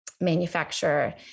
manufacturer